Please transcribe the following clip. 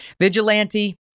Vigilante